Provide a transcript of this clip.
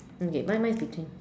okay mine mine is between